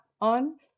on